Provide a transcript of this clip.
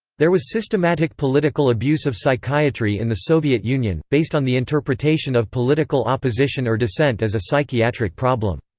there was systematic political abuse of psychiatry in the soviet union, based on the interpretation of political opposition or dissent as a psychiatric problem.